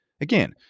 Again